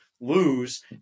lose